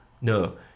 no